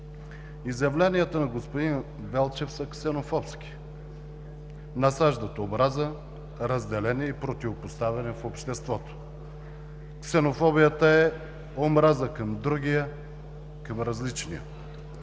Изявленията на господин Велчев са ксенофобски, насаждат омраза, разделение и противопоставяне в обществото. Ксенофобията е омраза към другия, към различния.